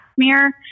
smear